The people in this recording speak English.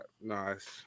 nice